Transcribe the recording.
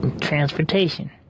transportation